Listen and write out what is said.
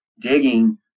digging